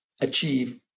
achieve